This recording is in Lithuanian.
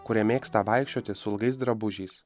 kurie mėgsta vaikščioti su ilgais drabužiais